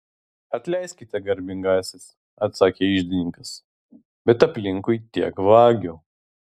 atleiskite garbingasis atsakė iždininkas bet aplinkui tiek vagių